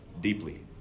deeply